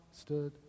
stood